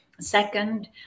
Second